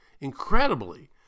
Incredibly